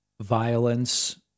violence